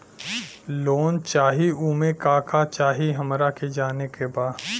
Loan चाही उमे का का चाही हमरा के जाने के बा?